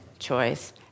choice